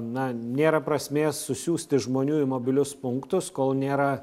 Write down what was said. na nėra prasmės susiųsti žmonių į mobilius punktus kol nėra